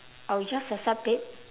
I'll just accept it